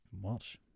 March